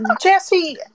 jesse